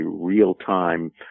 real-time